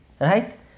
Right